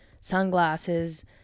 sunglasses